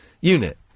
unit